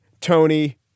tony